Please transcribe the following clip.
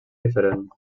diferent